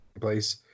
place